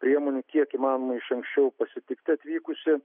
priemonių kiek įmanoma iš anksčiau pasitikti atvykusi